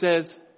says